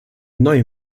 neue